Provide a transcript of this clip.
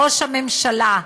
ראש הממשלה,